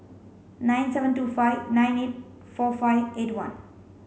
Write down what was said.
nine seven two five nine eight four five eight one